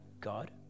God